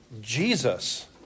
Jesus